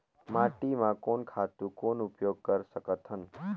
माटी म कोन खातु कौन उपयोग कर सकथन?